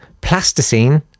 plasticine